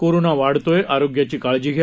corona वाढतोय आरोग्याची काळजी घ्या